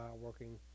working